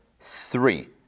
three